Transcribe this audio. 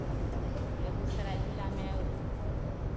बेगूसराय जिला में